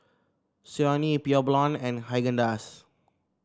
Sony Pure Blonde and Haagen Dazs